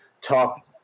talk